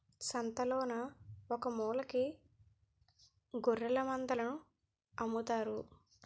సంతలోన ఒకమూలకి గొఱ్ఱెలమందలను అమ్ముతారు